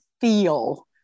feel